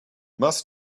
must